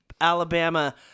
Alabama